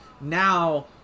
now